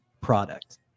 product